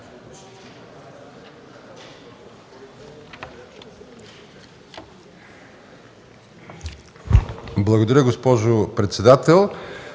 Благодаря, госпожо председател.